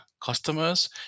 customers